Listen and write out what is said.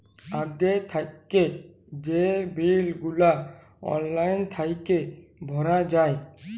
আগে থ্যাইকে যে বিল গুলা অললাইল থ্যাইকে ভরা যায়